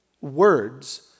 words